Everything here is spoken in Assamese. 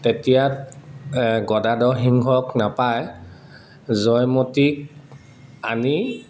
তেতিয়া গদাধৰ সিংহক নাপায় জয়মতীক আনি